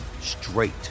straight